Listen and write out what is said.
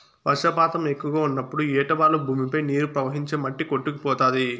వర్షపాతం ఎక్కువగా ఉన్నప్పుడు ఏటవాలు భూమిపై నీరు ప్రవహించి మట్టి కొట్టుకుపోతాది